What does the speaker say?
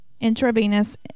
intravenous